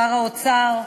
שר האוצר,